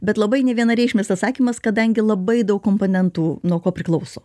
bet labai nevienareikšmis atsakymas kadangi labai daug komponentų nuo ko priklauso